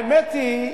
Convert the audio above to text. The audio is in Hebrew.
האמת היא,